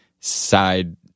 Side